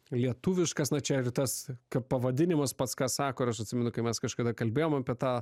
lietuviškas na čia ir tas ka pavadinimas pats ką sako aš atsimenu kai mes kažkada kalbėjom apie tą